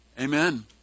Amen